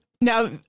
Now